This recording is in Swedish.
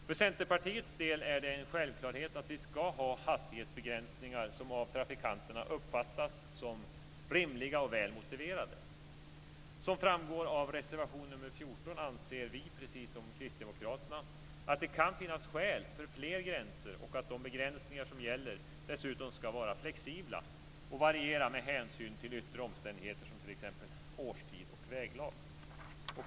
För Centerpartiets del är det en självklarhet att vi ska ha hastighetsbegränsningar som av trafikanterna uppfattas som rimliga och väl motiverade. Som framgår av reservation 14 anser vi, precis som Kristdemokraterna, att det kan finnas skäl för fler gränser och att de begränsningar som gäller dessutom ska vara flexibla och variera med hänsyn till yttre omständigheter, t.ex. årstid och väglag.